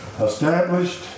established